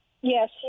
Yes